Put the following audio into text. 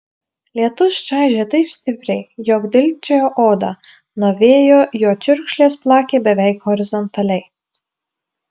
lietus čaižė taip stipriai jog dilgčiojo odą nuo vėjo jo čiurkšlės plakė beveik horizontaliai